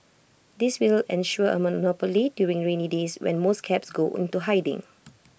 this will ensure A monopoly during rainy days when most cabs go into hiding